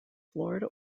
florida